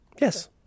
Yes